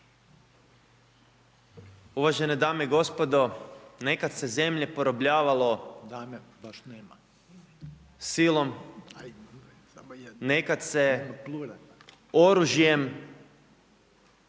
Uvažene dame i gospodo, nekad se zemlje porobljavalo silom, nekad se oružjem